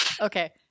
Okay